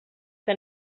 que